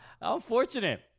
Unfortunate